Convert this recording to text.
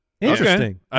Interesting